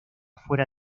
fuera